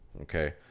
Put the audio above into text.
okay